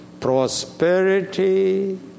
Prosperity